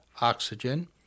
oxygen